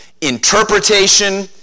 interpretation